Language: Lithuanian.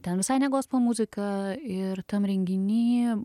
ten visai ne gospel muzika ir tam renginy